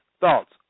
thoughts